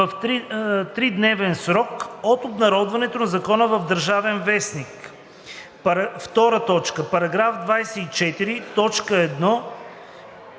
в тридневен срок от обнародването на закона в „Държавен вестник“. 2. § 24,